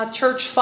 Church